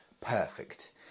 perfect